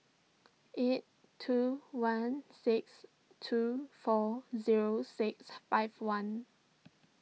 eight two one six two four zero six five one